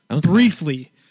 briefly